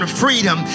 freedom